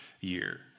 year